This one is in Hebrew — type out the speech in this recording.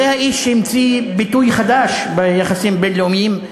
זה האיש שהמציא ביטוי חדש ביחסים בין-לאומיים,